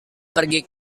pergi